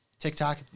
TikTok